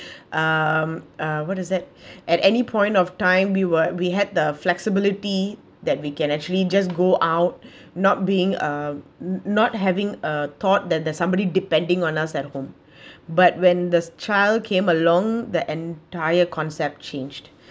um uh what is it at any point of time we were we had the flexibility that can actually just go out not being uh n~ not having a thought that there's somebody depending on us at home but when the child came along the entire concept changed